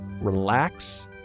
Relax